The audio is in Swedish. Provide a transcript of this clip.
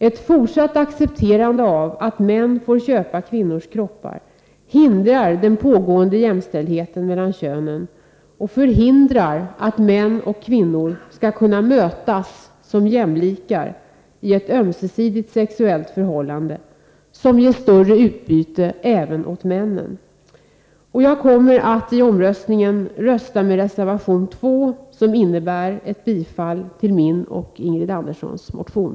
Ett fortsatt accepterande av att män köper kvinnors kroppar utgör ett hinder i det pågående arbetet med att uppnå jämställdhet mellan könen. Vidare hindrar det män och kvinnor från att mötas som jämlikar i ett ömsesidigt sexuellt förhållande som ger större utbyte även för männen. Vid omröstningen kommer jag att rösta för reservation 2, som innebär bifall till min och Ingrid Anderssons motion.